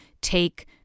take